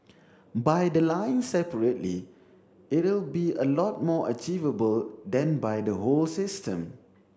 by the line separately it'll be a lot more achievable than by the whole system